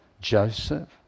Joseph